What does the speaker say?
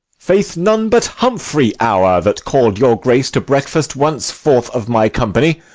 faith, none but humphrey hour, that call'd your grace to breakfast once forth of my company.